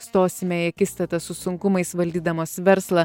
stosime į akistatą su sunkumais valdydamos verslą